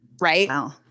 Right